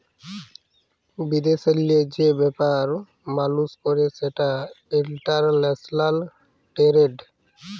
বিদেশেল্লে যে ব্যাপার মালুস ক্যরে সেটা ইলটারল্যাশলাল টেরেড